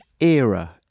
era